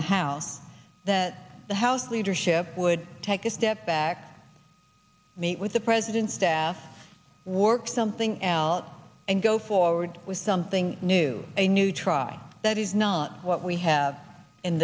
the house that the house leadership would take a step back meet with the president's staff work something out and go forward with something new a new try that is not what we have in